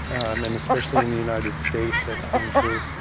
and um and especially in the united states, that's been true.